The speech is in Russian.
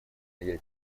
ядерных